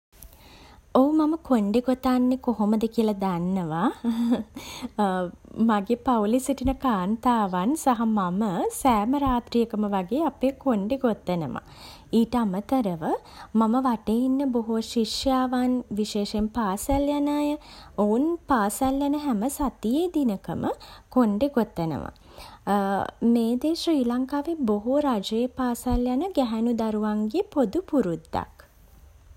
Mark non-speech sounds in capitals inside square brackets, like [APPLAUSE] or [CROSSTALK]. ඔව්, මම කොණ්ඩේ ගොතන්නේ කොහොමද කියලා දන්නවා [LAUGHS] මගේ පවුලේ සිටින කාන්තාවන් සහ මම සෑම රාත්‍රියකම වගේ අපේ කොණ්ඩේ ගොතනවා. ඊට අමතරව, මම වටේ ඉන්න බොහෝ ශිෂ්‍යාවන්, විශේෂයෙන් පාසල් යන අය, ඔවුන් පාසල් යන හැම සතියේ දිනකම කොණ්ඩේ ගොතනවා. [HESITATION] මේ දේ ශ්‍රී ලංකාවේ බොහෝ රජයේ පාසල් යන ගැහුණු දරුවන්ගේ පොදු පුරුද්දක්.